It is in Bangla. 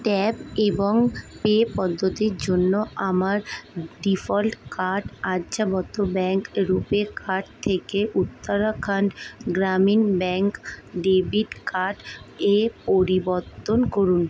ট্যাপ এবং পে পদ্ধতির জন্য আমার default card Aryabhatta bank RuPay card থেকে Uttarakhand Gramin bank debit card এ পরিবর্তন করুন